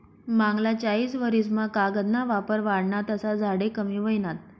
मांगला चायीस वरीस मा कागद ना वापर वाढना तसा झाडे कमी व्हयनात